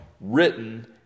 written